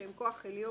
שהם כוח עליון,